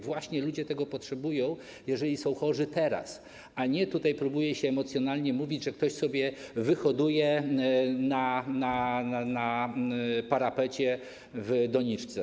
Właśnie ludzie tego potrzebują, jeżeli są chorzy, teraz, a nie tutaj próbuje się emocjonalnie mówić, że ktoś sobie wyhoduje na parapecie w doniczce.